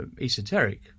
esoteric